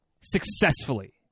successfully